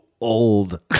old